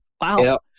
Wow